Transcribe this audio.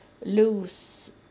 lose